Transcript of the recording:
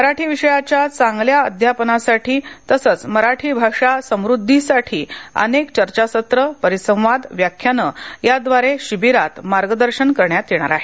मराठी विषयाच्या चांगल्या अध्यापनासाठी तसेच मराठी भाषा समुद्धीसाठी अनेक चर्चासत्र परिसंवाद व्याख्याने याद्वारे शिबिरात मार्गदर्शन करण्यात येणार आहे